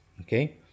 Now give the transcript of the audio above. Okay